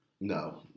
No